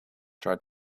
tried